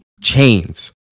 chains